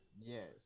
Yes